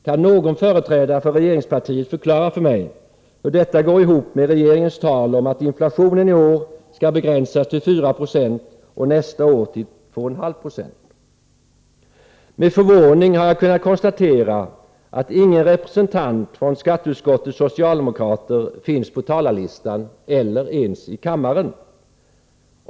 Kan någon företrädare för regeringspartiet förklara för mig hur detta går ihop med regeringens tal om att inflationen i år skall begränsas till 4 96 och nästa år till 2,5 96? Med förvåning har jag kunnat konstatera att ingen representant för skatteutskottets socialdemokrater finns på talarlistan eller ens i kammaren.